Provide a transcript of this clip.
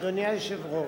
אדוני היושב-ראש,